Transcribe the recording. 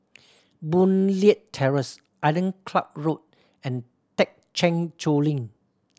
Boon Leat Terrace Island Club Road and Thekchen Choling